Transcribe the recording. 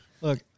Look